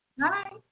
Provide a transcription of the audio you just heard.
Hi